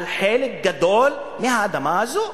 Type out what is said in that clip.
על חלק גדול מהאדמה הזאת.